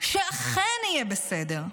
שאכן יהיה בסדר,